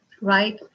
right